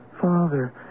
father